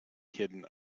hidden